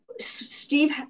Steve